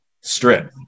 strip